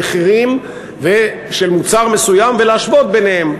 מחירים של מוצר מסוים ולהשוות ביניהם,